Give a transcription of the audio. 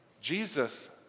Jesus